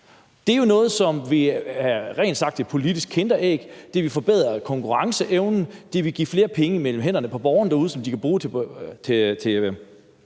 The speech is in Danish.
Det er jo noget, som rent ud sagt er et politisk kinderæg. Det vil forbedre konkurrenceevnen, det vil give flere penge imellem hænderne på borgerne derude, som de kan bruge til